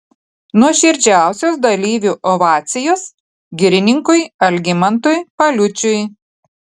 nuoširdžiausios dalyvių ovacijos girininkui algimantui paliučiui